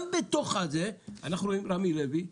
גם בתוך זה אנחנו רואים את רמי לוי,